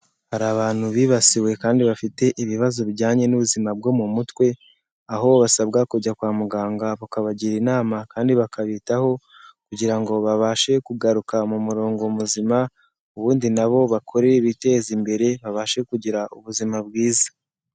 Hari abantu bibasiwe kandi bafite ibibazo bijyanye n'ubuzima bwo mu mutwe, aho basabwa kujya kwa muganga bakabagira inama kandi bakabitaho kugira ngo babashe kugaruka mu murongo muzima, ubundi na bo bakore ibiteza imbere babashe kugira ubuzima bwiza.